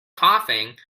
coughing